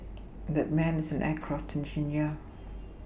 that man is an aircraft engineer